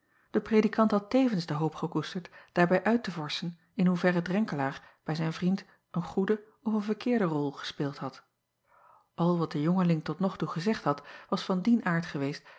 de predikant had tevens de hoop gekoesterd daarbij uit te vorschen in hoeverre renkelaer bij zijn vriend een goede of een verkeerde rol gespeeld had l wat de jongeling tot nog toe gezegd had was van dien aard geweest